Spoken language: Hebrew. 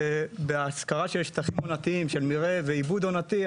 בהשכרה של שטחים עונתיים של מרעה ועיבוד עונתי,